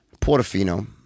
Portofino